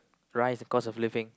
rise because of living